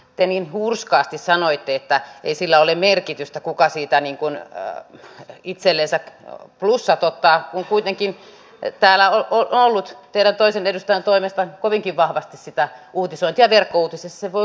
pelin hurskaasti sanoitte että ei sillä ole merkitystä kuka siitä niinkuin hää itsellensä plussat ottaa kuitenkin täällä on ollut erään toisen edustajantoimesta kovinkin vahvasti sitä uutisointia verkkouutisista voi